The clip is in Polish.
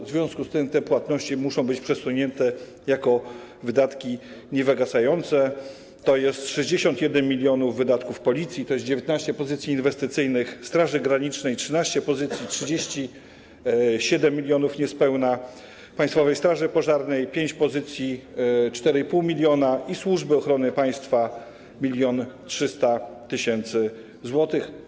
W związku z tym te płatności muszą być przesunięte jako wydatki niewygasające, tj. 61 mln wydatków Policji, to 19 pozycji inwestycyjnych, Straży Granicznej - 13 pozycji, 37 mln niespełna, Państwowej Straży Pożarnej - 5 pozycji, 4,5 mln, i Służby Ochrony Państwa - 1,3 mln zł.